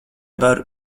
varu